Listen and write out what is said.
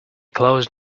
closed